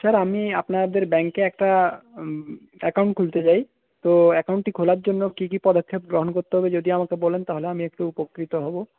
sir আমি আপনাদের ব্যাঙ্কে একটা অ্যাকাউন্ট খুলতে চাই তো অ্যাকাউন্টটি খোলার জন্য কী কী পদক্ষেপ গ্রহন করতে হবে যদি আমাকে বলেন তাহলে আমি একটু উপকৃত হব